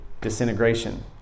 disintegration